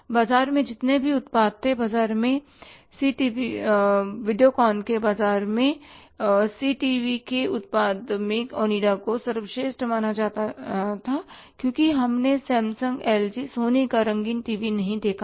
बाजार में जितने भी उत्पाद थे बाजार में CTVs वीडियोकॉन के बाजार में CTVs के उत्पाद में ओनिडा को सर्वश्रेष्ठ माना जाता था क्योंकि हमने सैमसंग एलजी सोनी का रंगीन टीवी नहीं देखा था